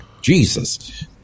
Jesus